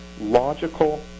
logical